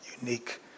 unique